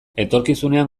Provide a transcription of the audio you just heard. etorkizunean